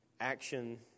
action